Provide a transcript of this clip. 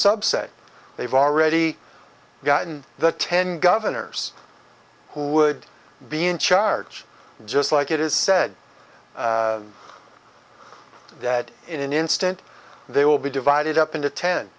say they've already gotten the ten governors who would be in charge just like it is said that in an instant they will be divided up into ten